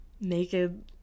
Naked